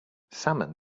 salmon